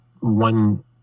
one